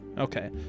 Okay